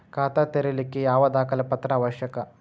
ಖಾತಾ ತೆರಿಲಿಕ್ಕೆ ಯಾವ ದಾಖಲೆ ಪತ್ರ ಅವಶ್ಯಕ?